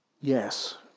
Yes